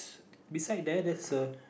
beside there there's a